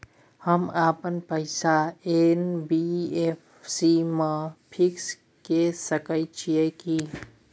हम अपन पैसा एन.बी.एफ.सी म फिक्स के सके छियै की?